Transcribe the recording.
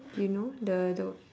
you know the the